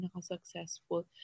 successful